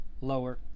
lower